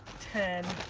ten,